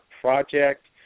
project